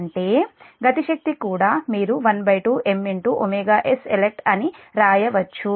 అంటే గతి శక్తి కూడా మీరు 12 M s elect అని అని రాయవచ్చు